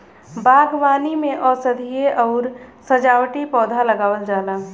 बागवानी में औषधीय आउर सजावटी पौधा लगावल जाला